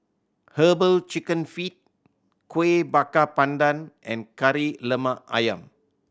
Herbal Chicken Feet Kuih Bakar Pandan and Kari Lemak Ayam